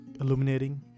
illuminating